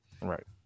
right